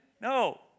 No